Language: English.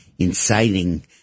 Inciting